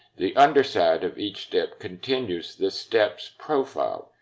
the underside of each step continues the step's profile,